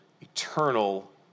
eternal